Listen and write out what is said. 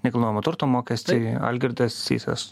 nekilnojamo turto mokestį algirdas sysas